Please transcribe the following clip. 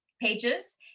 pages